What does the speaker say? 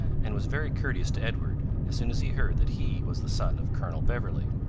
and was very courteous to edward as soon as he heard that he was the son of colonel beverley.